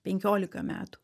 penkiolika metų